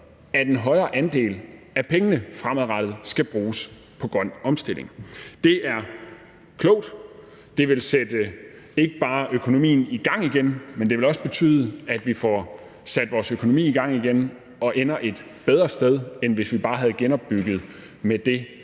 at en højere andel af pengene fremadrettet skal bruges på grøn omstilling. Det er klogt. Det vil sætte ikke bare økonomien i gang igen, men det vil også betyde, at vi får sat vores økonomi i gang igen og ender et bedre sted, end hvis vi bare havde genopbygget med det,